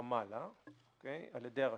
מרמאללה על ידי הרשות.